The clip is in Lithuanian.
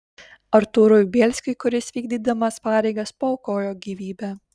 artūrui bielskiui kuris vykdydamas pareigas paaukojo savo gyvybę